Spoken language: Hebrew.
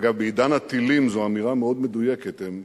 אגב, בעידן הטילים זו אמירה מאוד מדויקת: הם